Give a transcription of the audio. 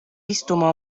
istuma